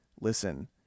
listen